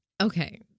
okay